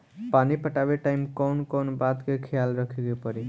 पानी पटावे टाइम कौन कौन बात के ख्याल रखे के पड़ी?